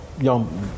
young